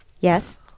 Yes